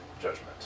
judgment